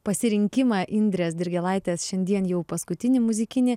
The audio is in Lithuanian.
pasirinkimą indrės dirgėlaitės šiandien jau paskutinį muzikinį